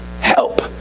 Help